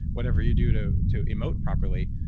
whatever you do to to emote properly.